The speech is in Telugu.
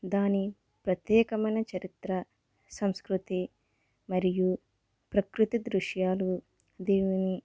దాని ప్రత్యేకమైన చరిత్ర సంస్కృతి మరియు ప్రకృతి దృశ్యాలు దీనిని